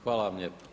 Hvala vam lijepo.